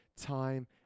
time